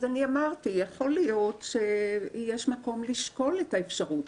אמרתי: יכול להיות שיש מקום לשקול את האפשרות